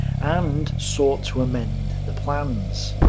and sought to amend the plans,